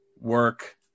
work